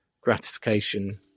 gratification